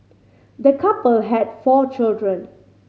the couple had four children